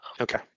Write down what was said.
Okay